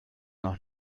noch